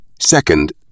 Second